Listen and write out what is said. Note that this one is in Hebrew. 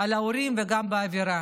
על ההורים וגם את האווירה,